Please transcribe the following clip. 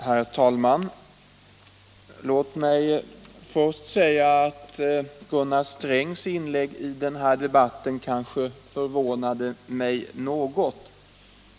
Herr talman! Låt mig först säga att Gunnar Strängs inlägg i denna debatt förvånade mig något.